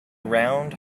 round